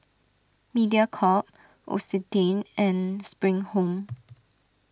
Mediacorp L'Occitane and Spring Home